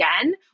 again